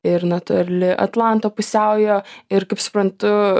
ir netoli atlanto pusiaujo ir kaip suprantu